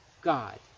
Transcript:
God